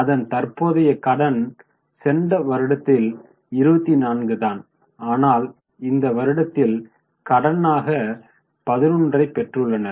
அதன் தற்போதைய கடன் சென்ற வருடத்தில் 24 தான் ஆனால் இந்த வருடத்தில் கடனாக 11 பெற்று உள்ளனர்